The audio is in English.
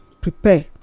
prepare